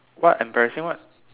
what embarrassing what